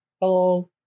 Hello